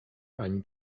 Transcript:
ani